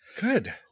good